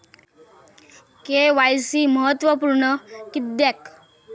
KYC महत्त्वपुर्ण किद्याक?